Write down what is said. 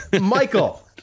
Michael